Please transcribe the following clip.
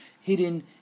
hidden